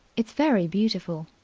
it's very beautiful.